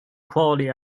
quality